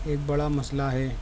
ایک بڑا مسئلہ ہے